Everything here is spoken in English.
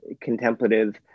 contemplative